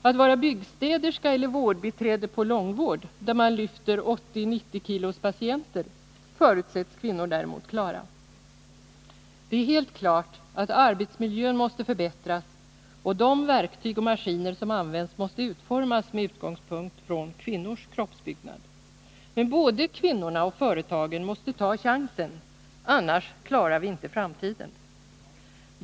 Att vara byggstäderska eller vårdbiträde på långvård, där man lyfter 80-90 kilos patienter, förutsätts kvinnor däremot klara. Det är helt klart att arbetsmiljön måste förbättras och att de verktyg och maskiner som används måste utformas med utgångspunkt från kvinnors kroppsbyggnad. Men både kvinnorna och företagen måste ta chansen, annars klarar vi inte framtiden.